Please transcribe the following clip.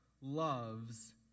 loves